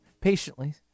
patiently